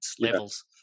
levels